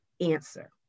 answer